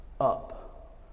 up